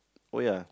oh ya